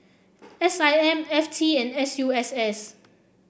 S I M F T and S U S S